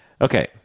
Okay